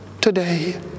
today